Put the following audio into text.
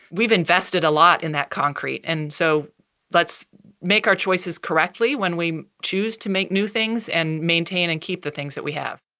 we've invested a lot in that concrete, and so let's make our choices correctly when we choose to make new things and maintain and keep the things that we have.